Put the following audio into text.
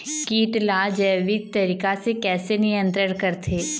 कीट ला जैविक तरीका से कैसे नियंत्रण करथे?